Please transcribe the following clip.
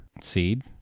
Seed